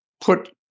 put